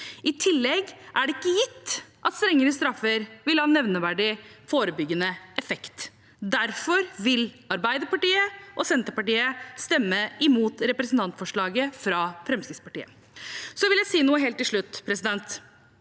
I tillegg er det ikke gitt at strengere straffer vil ha nevneverdig forebyggende effekt. Derfor vil Arbeiderpartiet og Senterpartiet stemme imot representantforslaget fra Fremskrittspartiet. Så vil jeg si noe helt til slutt: Et